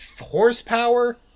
Horsepower